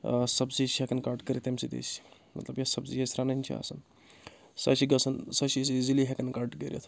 سبزی چھِ ہؠکان کَٹ کٔرِتھ تَمہِ سۭتۍ أسۍ مطلب یۄس سَبزی اَسہِ رَنٕنۍ چھِ آسان سۄ چھِ گژھان سۄ چھِ أسۍ ایٖزلی ہؠکان کَٹ کٔرِتھ